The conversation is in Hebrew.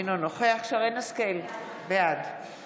אינו נוכח שרן מרים השכל, בעד